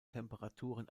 temperaturen